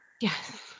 yes